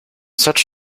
such